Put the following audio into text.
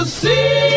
see